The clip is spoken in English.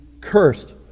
cursed